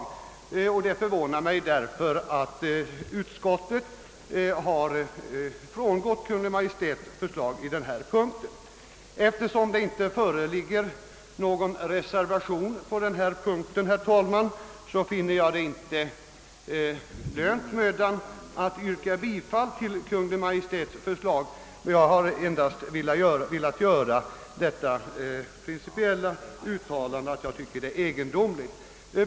Det förvånar mig därför att utskottet har frångått Kungl. Maj:ts förslag vid denna punkt. Herr talman! Eftersom det inte föreligger någon reservation vid denna punkt finner jag det inte mödan värt att yrka bifall till Kungl. Maj:ts förslag. Jag har endast velat göra det principiella uttalandet att utskottet handlat egendomligt.